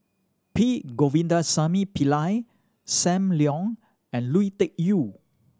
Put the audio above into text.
P Govindasamy Pillai Sam Leong and Lui Tuck Yew